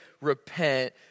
repent